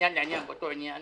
מעניין לעניין באותו עניין,